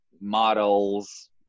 models